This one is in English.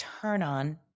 turn-on